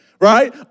Right